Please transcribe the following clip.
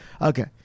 Okay